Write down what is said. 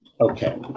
Okay